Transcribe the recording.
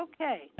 Okay